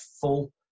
full